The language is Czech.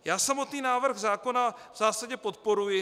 Já samotný návrh zákona v zásadě podporuji.